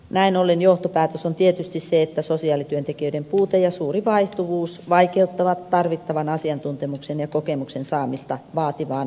näin ollen johtopäätös on tietysti se että sosiaalityöntekijöiden puute ja suuri vaihtuvuus vaikeuttavat tarvittavan asiantuntemuksen ja kokemuksen saamista vaativaan lastensuojelutyöhön